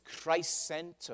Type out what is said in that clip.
Christ-centered